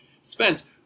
Spence